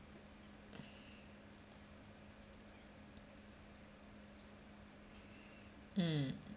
mm